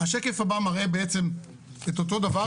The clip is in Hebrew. השקף הבא מראה בעצם את אותו דבר,